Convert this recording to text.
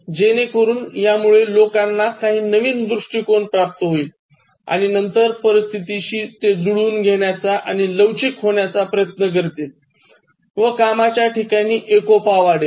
जेणेकरून यामुळे लोकांना काही नवीन दृष्टीकोन प्राप्त होईल आणि नंतर परिस्थितीशी ते जुळवून घेण्याचा आणि लवचिक होण्याचा प्रयत्न करतील व कामाच्या ठिकाणी एकोपा वाढेल